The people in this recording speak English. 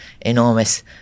enormous